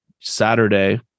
Saturday